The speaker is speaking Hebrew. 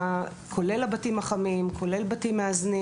כולל בתים מאזנים ובתים חמים.